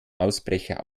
ausbrecher